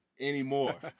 anymore